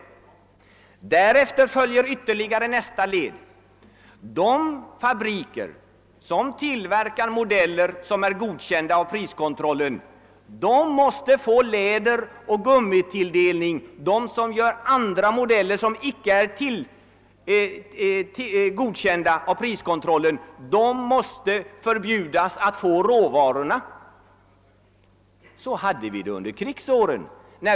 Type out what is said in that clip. Och därefter följer ytterligare ett led: de fabriker som tillverkar modeller som är godkända av priskontrollen måste få läderoch gummitilldelning. De som gör andra modeller, som icke är godkända av priskontrollen, måste förbjudas att få råvarorna. Så hade vi det under krigsåren.